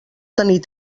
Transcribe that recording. tenir